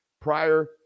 prior